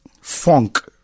funk